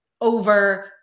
over